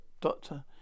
Doctor